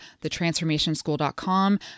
thetransformationschool.com